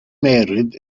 married